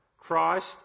Christ